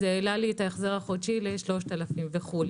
זה העלה לי את ההחזר החודשי ל-3,000 וכו'.